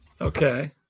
Okay